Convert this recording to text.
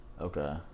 okay